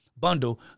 bundle